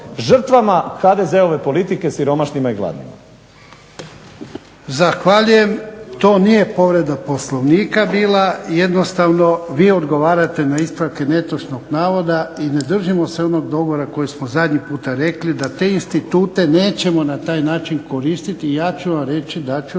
Žrtvama HDZ-ove politike, siromašnima i gladnima.